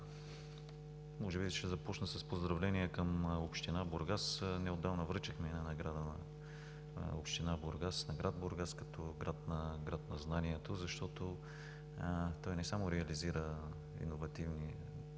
Може би ще започна с поздравление към община Бургас. Неотдавна връчихме една награда на град Бургас като град на знанието, защото общината не само реализира иновативни